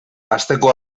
asteko